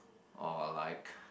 or like